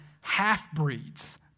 half-breeds